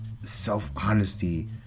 self-honesty